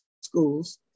schools